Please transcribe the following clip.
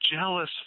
jealous